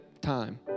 time